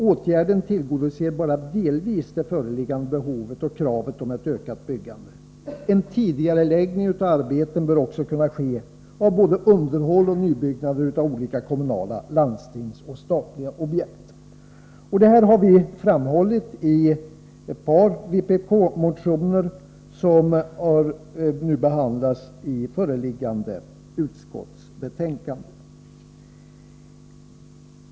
Åtgärden tillgodoser bara delvis det föreliggande behovet och kravet på ett ökat byggande. En tidigareläggning av arbetet bör också kunna ske både vad gäller underhåll och nybyggnader av olika kommunala landstingsoch statliga objekt. Detta har vi framhållit i ett par vpk-motioner, som behandlas i föreliggande utskottsbetänkande.